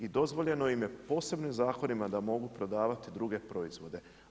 I dozvoljeno im je posebnim zakonima da mogu prodavati druge proizvode.